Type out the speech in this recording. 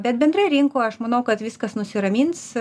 bet bendrai rinkoj aš manau kad viskas nusiramins